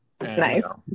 Nice